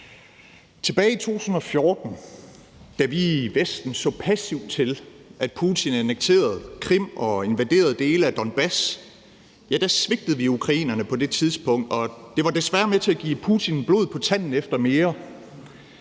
Tilbage i 2014, da vi i Vesten så passivt til, at Putin annekterede Krim og invaderede dele af Donbass, svigtede vi ukrainerne, og det var desværre med til at give Putin blod på tanden efter mere.